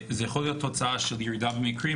זו יכולה להיות תוצאה של ירידה במקרים,